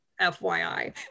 FYI